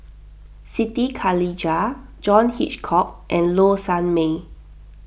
Siti Khalijah John Hitchcock and Low Sanmay